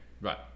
Right